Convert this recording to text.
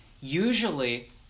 usually